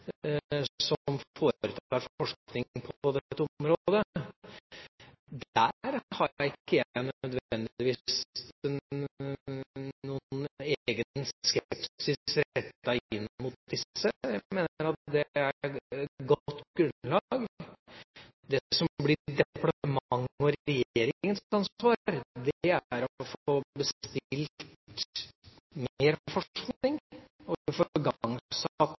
på dette området. Jeg har ikke nødvendigvis noen egen skepsis rettet inn mot disse. Jeg mener at det er godt grunnlag. Det som blir departementet og regjeringens ansvar, er å få bestilt mer forskning og